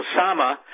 Osama